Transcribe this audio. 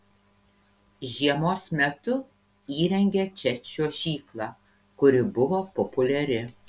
žiemos metu įrengė čia čiuožyklą kuri buvo populiari